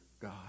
God